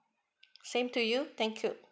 same to you thank you